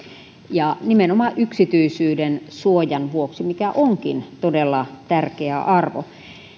ja nimenomaan yksityisyydensuojan vuoksi mikä onkin todella tärkeä arvo